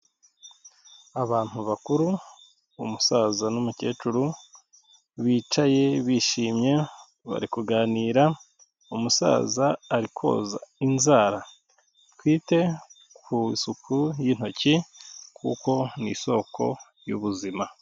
Abantu bakuru umusaza n'umukecuru bicaye bishimye bari kuganira, umusaza arikoza inzara. Twite ku isuku y'intoki kuko ni isoko y'ubuzima.